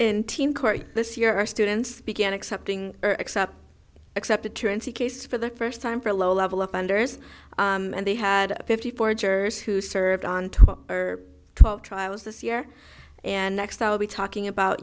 in teen court this year our students began accepting except except a truancy case for the first time for low level up under us and they had fifty four jurors who served on top twelve trials this year and next i'll be talking about